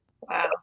Wow